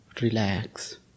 Relax